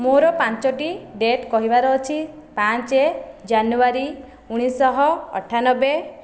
ମୋର ପାଞ୍ଚଟି ଡେଟ୍ କହିବାର ଅଛି ପାଞ୍ଚ ଜାନୁଆରୀ ଉଣେଇଶହ ଅଠାନବେ